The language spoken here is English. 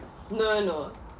no no